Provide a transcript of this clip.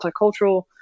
multicultural